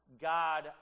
God